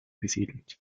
besiedelt